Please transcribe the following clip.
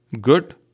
good